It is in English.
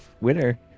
winner